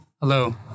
Hello